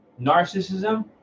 narcissism